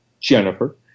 Jennifer